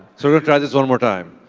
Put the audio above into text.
sort of try this one more time.